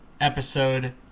episode